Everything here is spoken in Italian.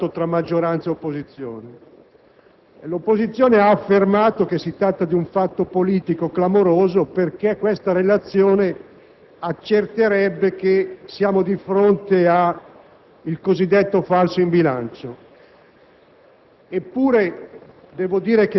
e che hanno visto aprirsi un confronto serrato fra maggioranza e opposizione. L'opposizione ha affermato che si tratta di un fatto politico clamoroso perché la relazione accerterebbe che siamo di fronte al cosiddetto falso in bilancio.